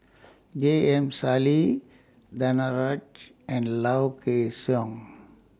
J M Sali Danaraj and Low Kway Song